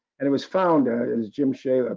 and it was found ah as jim shay, but